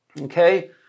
Okay